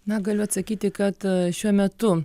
na galiu atsakyti kad šiuo metu